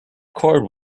cord